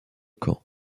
caen